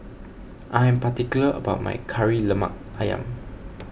I am particular about my Kari Lemak Ayam